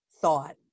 thought